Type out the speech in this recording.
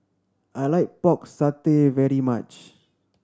I like Pork Satay very much